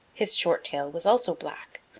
his short tail was also black.